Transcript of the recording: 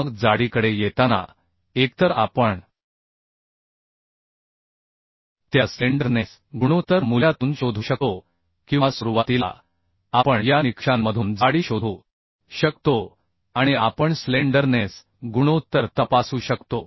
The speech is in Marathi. मग जाडीकडे येताना एकतर आपण त्या स्लेंडरनेस गुणोत्तर मूल्यातून शोधू शकतो किंवा सुरुवातीला आपण या निकषांमधून जाडी शोधू शकतो आणि आपण स्लेंडरनेस गुणोत्तर तपासू शकतो